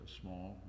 small